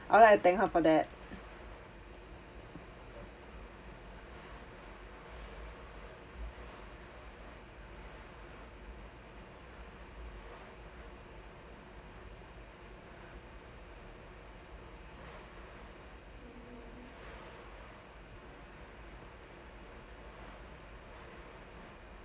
I'd like to thank her for that